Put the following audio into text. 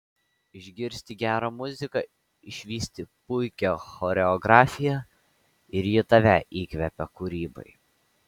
išgirsti gerą muziką išvysti puikią choreografiją ir ji tave įkvepia kūrybai